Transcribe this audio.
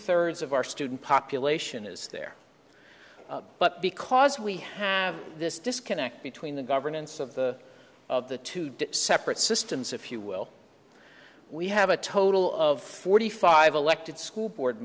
thirds of our student population is there but because we have this disconnect between the governance of the of the two do separate systems if you will we have a total of forty five elected school board